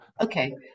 Okay